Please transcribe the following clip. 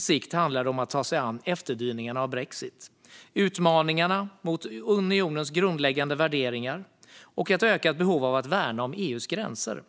sikt handlar det om att ta sig an efterdyningarna av brexit, utmaningarna mot unionens grundläggande värderingar och ett ökat behov av att värna EU:s gränser.